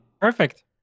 perfect